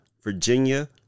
Virginia